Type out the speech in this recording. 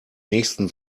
nächsten